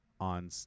on